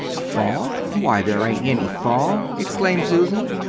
fog? why, there ain't any fog! exclaimed susan.